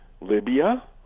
Libya